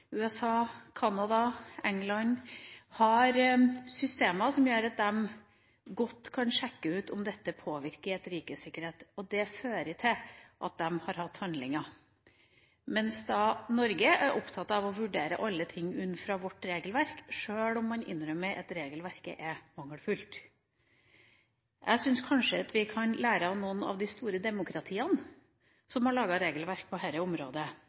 USA, Canada, England – har systemer som gjør at de godt kan sjekke ut om dette påvirker et rikes sikkerhet, og det fører til at de har gjennomført handlinger, mens Norge er opptatt av å vurdere alle ting ut fra vårt regelverk, sjøl om man innrømmer at regelverket er mangelfullt. Jeg syns kanskje vi kan lære av noen av de store demokratiene som har laget regelverk på dette området,